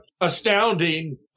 astounding